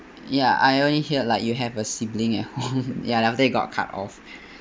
ya I only hear like you have a sibling at home ya after that it got cut off